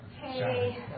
Hey